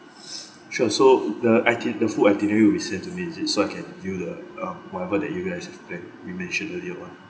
sure so the iti~ the full itinerary will be sent to me is it so I can view the um whatever that you guys have planned we mentioned earlier one